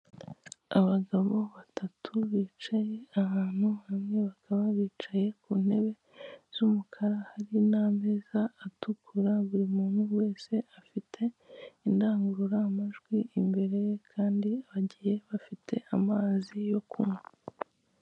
Abagabo batatu bicaye ahantu hamwe, bakaba bicaye ku ntebe z'umukara, hari n'ameza atukura, buri muntu wese afite indangururamajwi imbere ye, kandi bagiye bafite amazi yo kunywa.